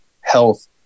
health